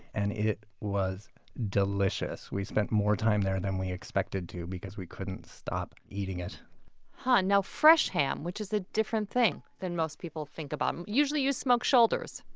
and it was delicious. we spent more time there than we expected to because we couldn't stop eating it huh, fresh ham, which is a different thing than most people think about. usually you smoke shoulders,